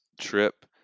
trip